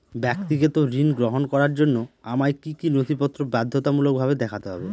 ব্যক্তিগত ঋণ গ্রহণ করার জন্য আমায় কি কী নথিপত্র বাধ্যতামূলকভাবে দেখাতে হবে?